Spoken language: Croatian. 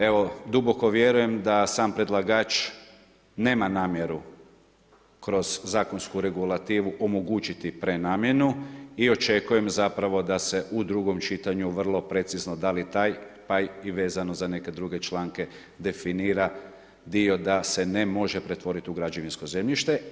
Evo duboko vjerujem da sam predlagač nema namjeru kroz zakonsku regulativu omogućiti prenamjenu i očekujem zapravo da u drugom čitanju vrlo precizno dali taj pa i vezano za neke druge članke definira dio da se ne može pretvoriti u građevinsko zemljište.